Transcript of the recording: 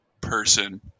person